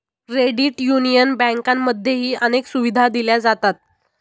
credit union बँकांमध्येही अनेक सुविधा दिल्या जातात